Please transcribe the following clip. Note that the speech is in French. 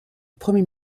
premier